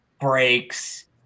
breaks